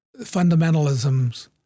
fundamentalism's